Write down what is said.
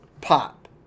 pop